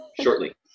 shortly